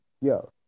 yo